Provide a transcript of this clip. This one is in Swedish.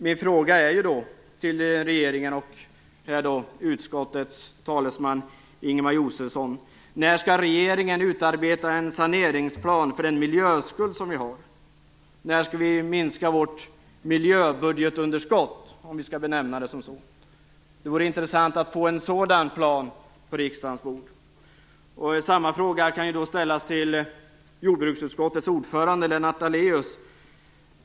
Min fråga till regeringen och till utskottets talesman Ingemar Josefsson är: När skall regeringen utarbeta en saneringsplan för den miljöskuld vi har? När skall vi minska vårt miljöbudgetunderskott, om vi skall benämna det så. Det vore intressant att få en sådan plan på riksdagens bord. Samma fråga kan ställas till jordbruksutskottets ordförande Lennart Daléus.